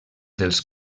dels